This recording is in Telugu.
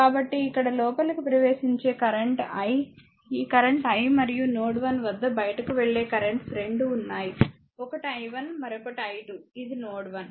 కాబట్టి ఇక్కడ లోపలికి ప్రవేశించే కరెంట్ i ఈ కరెంట్ i మరియు నోడ్ 1 వద్ద బయటకు వెళ్లే కరెంట్స్ 2 ఉన్నాయి ఒకటి i 1 మరొకటి i 2 ఇది నోడ్ 1